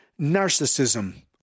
narcissism